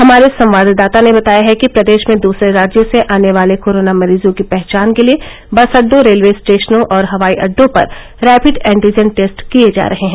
हमारे संवाददाता ने बताया है कि प्रदेश में दसरे राज्यों से आने वाले कोरोना मरीजों की पहचान के लिए बस अड्डाॅ रेलवे स्टेशनों और हवाई अड्डाॅ पर रैपिड एंटीजन टेस्ट किए जा रहे हैं